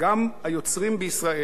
גורם מאוד חשוב,